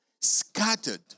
Scattered